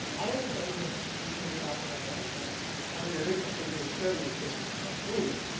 i don't think that anyone has really figured out the right answer actually. and then i mean and interesting case study was just this past week.